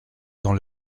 dans